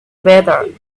better